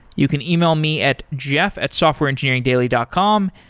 you can e-mail me at jeff at softwareengineeringdaily dot com,